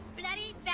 bloody